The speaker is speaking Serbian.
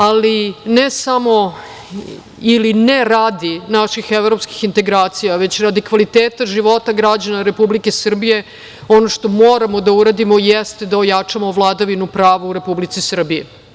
Ali, ne samo, ili ne radi naših evropskih integracija, već radi kvaliteta života građana Republike Srbije, ono što moramo da uradimo jeste da ojačamo vladavinu prava u Republici Srbiji.